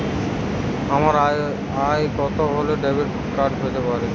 আমার আয় কত হলে ডেবিট কার্ড পেতে পারি?